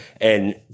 And-